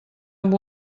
amb